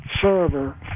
server